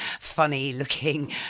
funny-looking